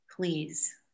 Please